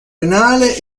renale